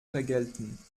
vergelten